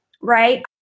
right